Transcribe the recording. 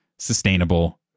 sustainable